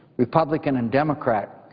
republican and democrat,